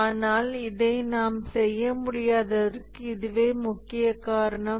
ஆனால் இதை நாம் செய்ய முடியாததற்கு இதுவே முக்கிய காரணம்